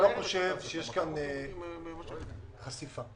שיש כאן חשיפה.